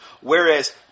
Whereas